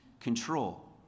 Control